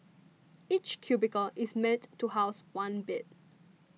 each cubicle is meant to house one bed